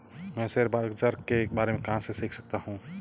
मैं शेयर बाज़ार के बारे में कहाँ से सीख सकता हूँ?